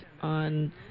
on